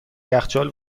یخچال